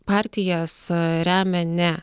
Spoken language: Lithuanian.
partijas remia ne